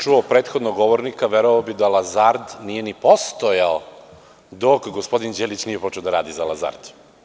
Da nisam čuo prethodnog govornika, verovao bih da „Lazard“ nije ni postojao dok gospodin Đelić nije počeo da radi za „Lazard“